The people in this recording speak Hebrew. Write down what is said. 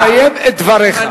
תסיים את דבריך.